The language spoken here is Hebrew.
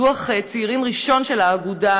דוח הצעירים הראשון של האגודה,